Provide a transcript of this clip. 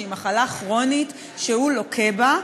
שהיא מחלה כרונית שהוא לוקה בה,